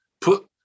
put